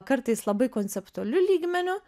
kartais labai konceptualiu lygmeniu